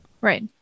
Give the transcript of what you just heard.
Right